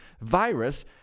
virus